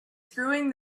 screwing